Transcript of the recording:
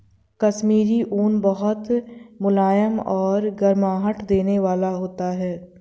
कश्मीरी ऊन बहुत मुलायम और गर्माहट देने वाला होता है